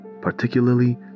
particularly